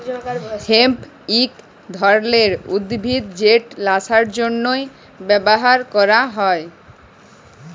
hemp ইক ধরলের উদ্ভিদ যেট ল্যাশার জ্যনহে ব্যাভার ক্যরা হ্যয়